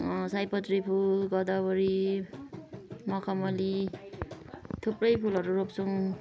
सायपत्री फुल गोदावरी मखमली थुप्रै फुलहरू रोप्छौँ